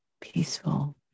peaceful